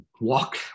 walk